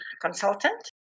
consultant